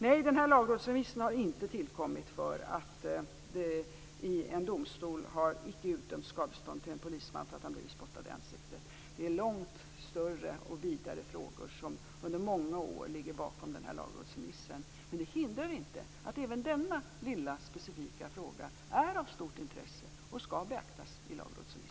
Nej, den här lagrådsremissen har inte tillkommit för att det i en domstol icke har utdömts skadestånd till en polisman för att han blivit spottad i ansiktet. Det är långt större och vidare frågor under många år som ligger bakom den här lagrådsremissen. Men det hindrar inte att även denna lilla specifika fråga är av stort intresse och skall beaktas i lagrådsremissen.